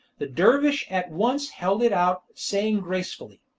the dervish at once held it out, saying gracefully,